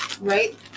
Right